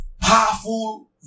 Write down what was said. powerful